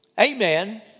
Amen